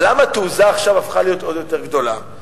אבל למה התעוזה עכשיו הפכה להיות עוד יותר גדולה?